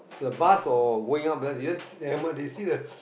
the bus or going up ah they don't see the hammer they see the